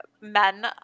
men